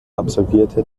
absolvierte